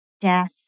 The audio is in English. death